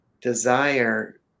desire